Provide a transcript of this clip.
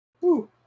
Woo